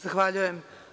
Zahvaljujem.